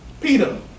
Peter